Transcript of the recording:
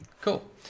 Cool